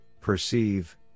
Perceive